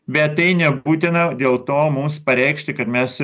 bet tai nebūtina dėl to mums pareikšti kad mes